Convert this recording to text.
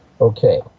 Okay